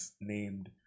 named